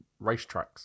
racetracks